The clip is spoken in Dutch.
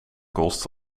kost